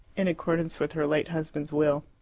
in accordance with her late husband's will.